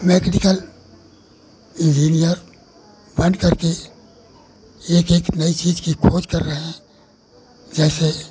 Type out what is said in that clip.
mechanical engineer बन करके एक एक नई चीज़ की खोज कर रहे हैं जैसे